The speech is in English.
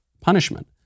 punishment